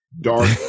dark